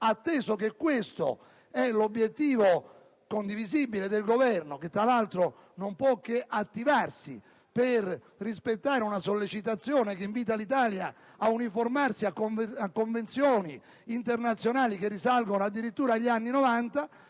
Atteso che questo è l'obiettivo condivisibile del Governo, che tra l'altro non può che attivarsi per rispettare una sollecitazione che invita l'Italia a uniformarsi a convenzioni internazionali che risalgono addirittura gli anni '90,